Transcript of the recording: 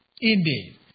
indeed